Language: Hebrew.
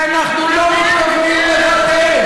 כי אנחנו לא מתכוונים לוותר,